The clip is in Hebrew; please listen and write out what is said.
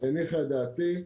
הניחה את דעתי.